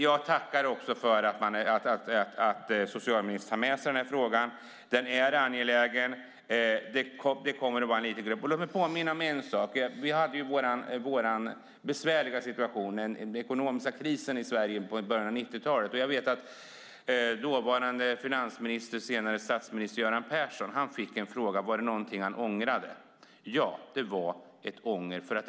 Jag tackar för att socialministern tar med sig frågan. Den är angelägen. Låt mig dock påminna om en sak. Vi hade i början av 90-talet en besvärlig situation i Sverige med den ekonomiska krisen. Dåvarande finansminister och senare statsminister Göran Persson fick frågan om det var någonting han ångrade. Ja, svarade han.